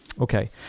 Okay